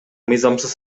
мыйзамсыз